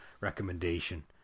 recommendation